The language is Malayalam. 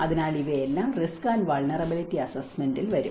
അതിനാൽ ഇവയെല്ലാം റിസ്ക് ആൻഡ് വാൾനറബിലിറ്റി അസ്സെസ്സ്മെന്റിൽ വരും